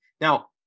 Now